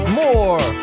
more